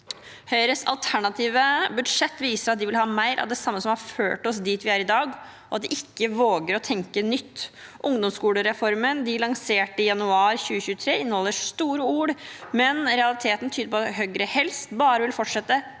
Høyres alternative budsjett viser at de vil ha mer av det samme som har ført oss dit vi er i dag, og at de ikke våger å tenke nytt. Ungdomsskolereformen de lanserte i januar 2023, inneholder store ord, men realiteten tyder på at Høyre helst bare vil fortsette